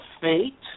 fate